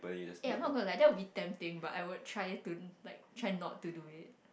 eh I'm not going like that will be damn pain but I will try to like try not to do it